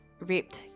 raped